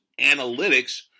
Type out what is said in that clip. analytics